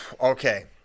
Okay